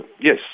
yes